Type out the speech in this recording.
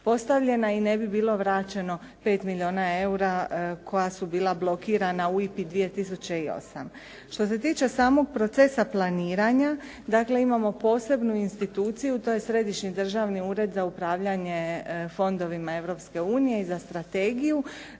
i ne bi bilo vraćeno 5 milijuna eura koja su bila blokirana u IPA-i 2008. Što se tiče samog procesa planiranja, dakle imamo posebnu instituciju, to je Središnji državni ured za upravljanje fondovima Europske unije i za strategiju